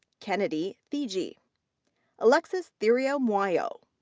kennedy theetge. alexis theriault-muoio.